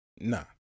Nah